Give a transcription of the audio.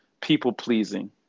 people-pleasing